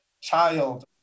child